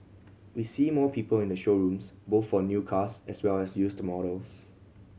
we see more people in the showrooms both for new cars as well as used models